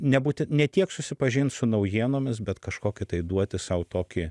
nebūti ne tiek susipažint su naujienomis bet kažkokį tai duoti sau tokį